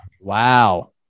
Wow